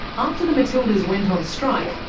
after the matildas went on strike,